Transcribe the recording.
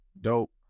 Dope